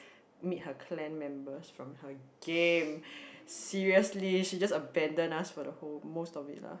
meet her clan members from her game seriously she just abandon us for the whole most of it lah